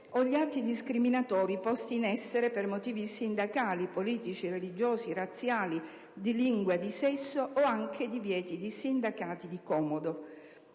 gli atti discriminatori posti in essere per motivi sindacali, politici, religiosi, razziali, di lingua o di sesso (articolo 15), o ancora i divieti di sindacati di comodo